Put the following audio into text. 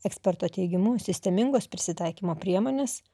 eksperto teigimu sistemingos prisitaikymo priemonės